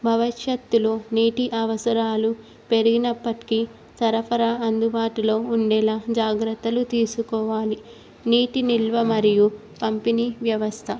భవిష్యత్తులో నీటి అవసరాలు పెరిగినప్పటికీ సరఫరా అందుబాటులో ఉండేలా జాగ్రత్తలు తీసుకోవాలి నీటి నిల్వ మరియు పంపిణీ వ్యవస్థ